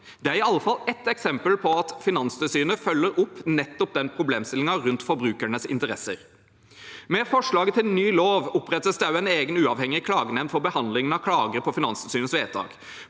Det er i alle fall ett eksempel på at Finanstilsynet følger opp nettopp den problemstillingen rundt forbrukernes interesser. Med forslaget til ny lov opprettes det også en egen uavhengig klagenemnd for behandling av klager på Finanstilsynets vedtak.